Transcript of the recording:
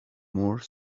more